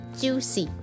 juicy